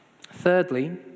Thirdly